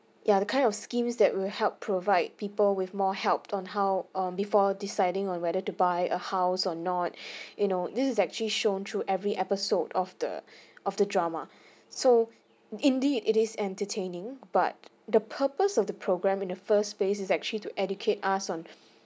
yeah the kind of schemes that will help provide people with more help on how um before deciding on whether to buy a house or not you know this is actually shown through every episode of the of the drama so indeed it is entertaining but the purpose of the program in the first place is actually to educate us on